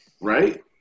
Right